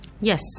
Yes